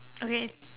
okay